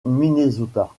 minnesota